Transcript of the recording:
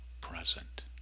present